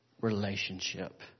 relationship